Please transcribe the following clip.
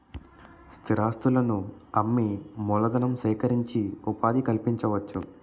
స్థిరాస్తులను అమ్మి మూలధనం సేకరించి ఉపాధి కల్పించవచ్చు